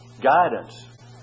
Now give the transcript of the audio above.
Guidance